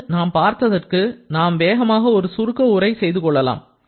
இன்று நாம் பார்த்ததற்கு நாம் வேகமாக ஒரு சுருக்க உரை செய்துகொள்ளலாம்